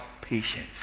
patience